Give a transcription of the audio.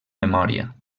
memòria